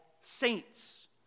saints